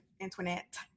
Antoinette